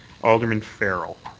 alderman farrell.